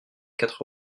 quatre